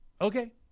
Okay